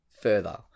further